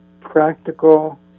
practical